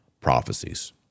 prophecies